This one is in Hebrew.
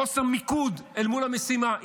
חוסר מיקוד אל מול המשימה.